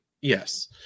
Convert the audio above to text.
Yes